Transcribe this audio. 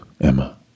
Emma